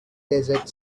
desert